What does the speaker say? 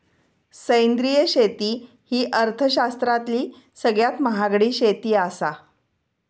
सेंद्रिय शेती ही अर्थशास्त्रातली सगळ्यात महागडी शेती आसा